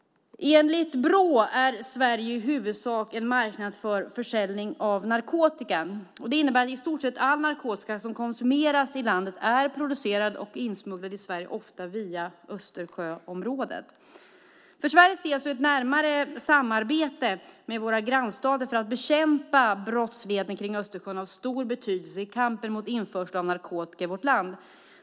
Enligt Brå är Sverige i huvudsak en marknad för försäljning av narkotika. Det innebär att i stort sett all narkotika som konsumeras i landet är producerad och insmugglad i Sverige ofta via Östersjöområdet. För Sveriges del är ett närmare samarbete med våra grannstater för att bekämpa brottsligheten kring Östersjön av stor betydelse i kampen mot införsel av narkotika i vårt land.